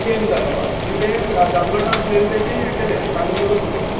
change जालो हय ते तें राज्यांगण आसलेले तेचे हे केले साल करून उडय